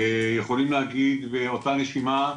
יכולים להגיד באותה נשימה,